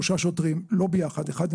של